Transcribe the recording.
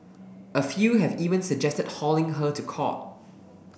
a few have even suggested hauling her to court